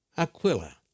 Aquila